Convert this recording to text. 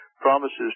promises